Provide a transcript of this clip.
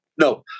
No